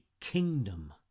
kingdom